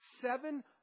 seven